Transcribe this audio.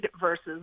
versus